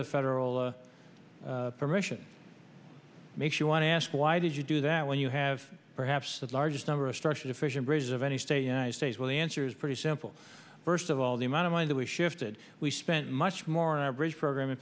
the federal permission makes you want to ask why did you do that when you have perhaps the largest number of structure deficient bridges of any state united states well the answer is pretty simple first of all the amount of money that we shifted we spent much more on our bridge program in